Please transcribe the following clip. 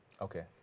Okay